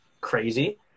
crazy